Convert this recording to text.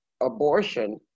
abortion